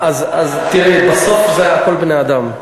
תראי, בסוף זה הכול בני-אדם.